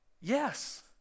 Yes